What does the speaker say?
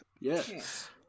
Yes